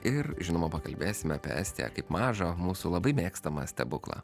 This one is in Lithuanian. ir žinoma pakalbėsime apie estiją kaip mažą mūsų labai mėgstamą stebuklą